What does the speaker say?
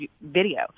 video